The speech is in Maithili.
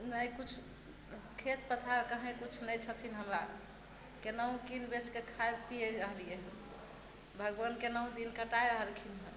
ने कुछ खेत पथार कहीं किछु नहि छथिन हमरा केनाहु कीन बेचके खाइ पीयै रहलियै हँ भगवान केनाहुँ दिन कटाइ रहलखिन हने